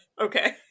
okay